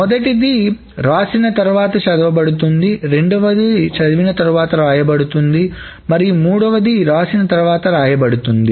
మొదటిది వ్రాసిన తరువాత చదువబడుతుంది రెండవది చదివిన తర్వాత వ్రాయబడుతుందిమరియు మూడవది వ్రాసిన తర్వాత వ్రాయబడుతుంది